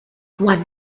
one